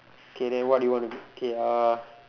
okay then what you want to do okay uh